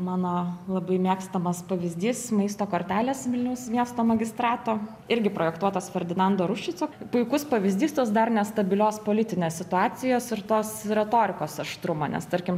mano labai mėgstamas pavyzdys maisto kortelės vilniaus miesto magistrato irgi projektuotos ferdinando ruščico puikus pavyzdys tos dar nestabilios politinės situacijos ir tos retorikos aštrumo nes tarkim